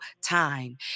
time